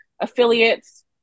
affiliates